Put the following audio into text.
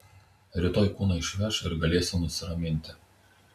rytoj kūną išveš ir galėsiu nusiraminti